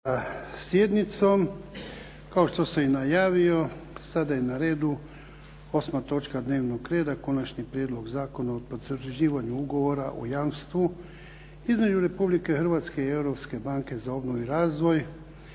sjednicom, kao što sam i najavio sada je na redu 8. točka dnevnog reda: - Prijedlog zakona o potvrđivanju ugovora o jamstvu između Republike Hrvatske i Europske banke za obnovu i razvoj